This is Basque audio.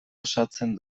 osatzen